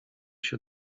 się